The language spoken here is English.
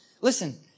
Listen